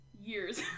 Years